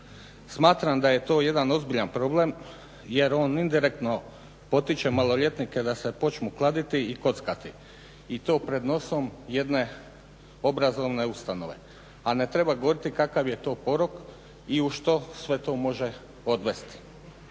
Smatram da je to jedan ozbiljan problem jer on indirektno potiče maloljetnike da se počnu kladiti i kockati i to pred nosom jedne obrazovne ustanove. A ne treba govoriti kakav je to porok i u što sve to može odvesti.